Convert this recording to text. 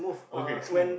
okay smooth ah